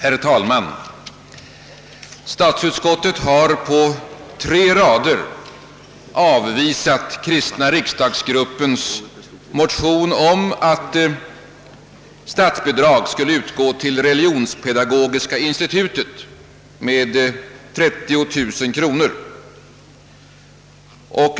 Herr talman! Statsutskottet har på tre rader i sitt utlåtande avvisat kristna riksdagsgruppens motion om att statsbidrag skulle utgå till Religionspedagogiska institutet med 30 000 kronor.